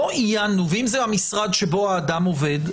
ואם זה המשרד שבו האדם עובד?